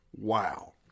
Wow